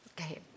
Okay